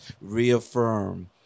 reaffirm